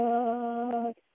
God